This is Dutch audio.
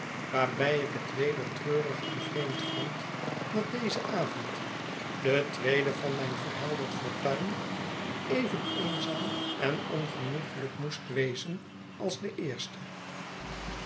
waarbij ik het weder treurig en vreemd vond dat deze avond de tweede van mijn verhelderd fortuin even eenzaam en ongenoeglijk moest wezen als de eerste